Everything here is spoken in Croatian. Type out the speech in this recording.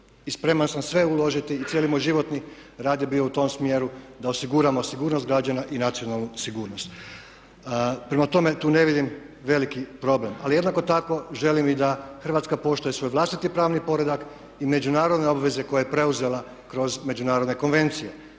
I spreman sam sve uložiti i cijeli moj životni rad je bio u tom smjeru da osiguramo sigurnost građana i nacionalnu sigurnost. Prema tome tu ne vidim veliki problem. Ali jednako tako želim i da Hrvatska poštuje svoj vlastiti pravni poredak i međunarodne obveze koje je preuzela kroz međunarodne konvencije